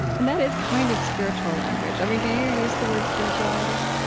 and that is kind of spiritual language. i mean, do you use the word spirituality?